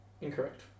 Incorrect